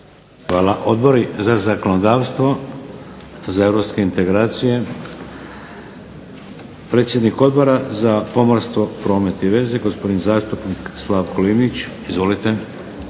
Hvala. Odbori? Za zakonodavstvo? Za europske integracije? Predsjednik Odbora za pomorstvo, promet i veze gospodin zastupnik Slavko Linić. Izvolite.